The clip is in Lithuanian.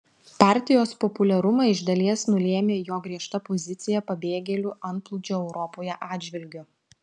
partijos populiarumą iš dalies nulėmė jo griežta pozicija pabėgėlių antplūdžio europoje atžvilgiu